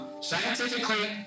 scientifically